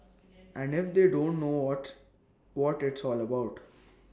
and if they don't know what what it's all about